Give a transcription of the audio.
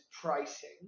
pricing